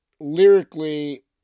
lyrically